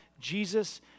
Jesus